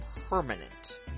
permanent